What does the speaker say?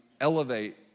elevate